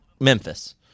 memphis